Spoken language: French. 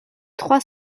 trois